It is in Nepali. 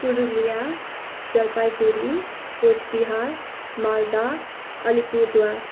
पुरुलिया जलपाइगुडी कुचबिहार मालदा अलिपुरद्वार